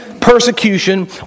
persecution